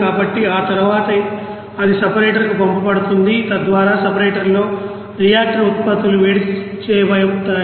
కాబట్టి ఆ తరువాత అది సెపరేటర్కు పంపబడుతుంది తద్వారా సెపరేటర్లో రియాక్టర్ ఉత్పత్తులు వేరు చేయబడతాయి